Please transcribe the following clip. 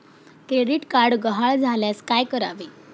Credit card गहाळ झाल्यास काय करावे?